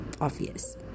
obvious